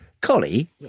Collie